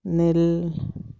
ମିଳେ